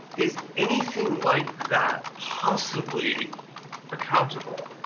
is anything like that possibly accountable?